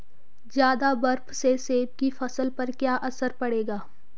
ज़्यादा बर्फ से सेब की फसल पर क्या असर पड़ेगा?